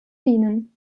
dienen